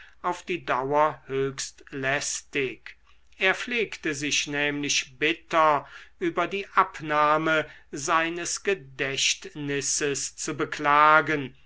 auf die dauer höchst lästig er pflegte sich nämlich bitter über die abnahme seines gedächtnisses zu beklagen